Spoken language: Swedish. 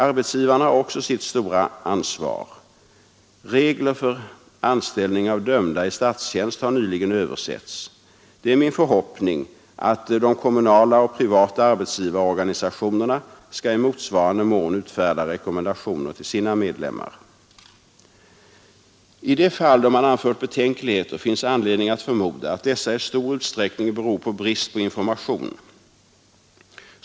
Arbetsgivarna har också sitt stora ansvar. Reglerna för anställning av dömda personer i statstjänst har nyligen översetts. Det är min förhoppning att de kommunala och privata arbetsgivarorganisationerna i motsvarande mån skall utfärda rekommen dationer till sina medlemmar. I de fall då man anfört betänkligheter finns anledning att förmoda att dessa i stor utsträckning beror på brist på information.